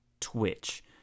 Twitch